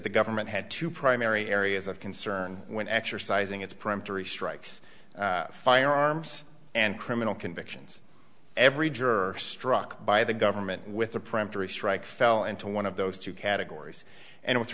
the government had two primary areas of concern when exercising its peremptory strikes firearms and criminal convictions every juror struck by the government with a prime to restrike fell into one of those two categories and with